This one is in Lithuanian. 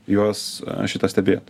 juos šitą stebėt